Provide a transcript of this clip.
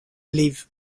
leave